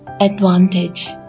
Advantage